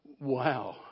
wow